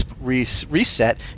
reset